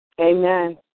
Amen